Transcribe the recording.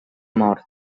mort